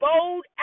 bold